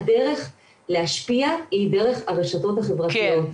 הדרך להשפיע היא דרך הרשתות החברתיות.